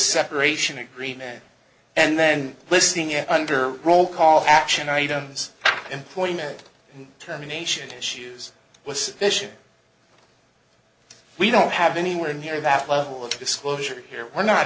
separation agreement and then listing it under roll call action items and pointed terminations issues with sufficient we don't have anywhere near that level of disclosure here we're not